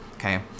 Okay